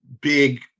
big